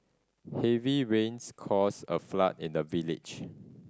heavy rains caused a flood in the village